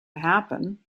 happen